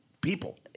people